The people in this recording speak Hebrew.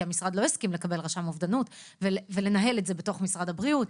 כי המשרד לא הסכים לקבל רשם אובדנות ולנהל את זה בתוך משרד הבריאות.